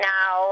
Now